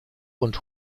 und